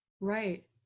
Right